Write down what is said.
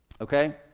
okay